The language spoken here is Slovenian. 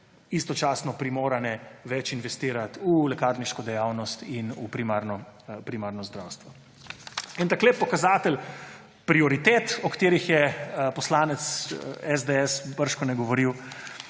istočasno primorane več investirati v lekarniško dejavnost in v primarno zdravstvo. En tak lep pokazatelj prioritet, o katerih je poslanec SDS bržkone govoril,